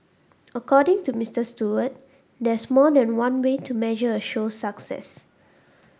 according to Mister Stewart there's more than one way to measure a show's success